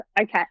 okay